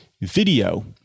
video